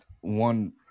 one